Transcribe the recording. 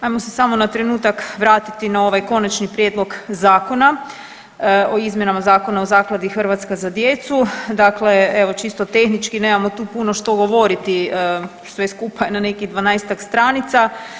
Ajmo se samo na trenutak vratiti na ovaj Konačni prijedlog Zakona o izmjenama Zakona o zakladi „Hrvatska za djecu“, dakle evo čisto tehnički nemamo tu puno što govoriti sve skupa je na nekih 12-ak stranica.